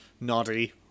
Noddy